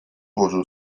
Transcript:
ułożył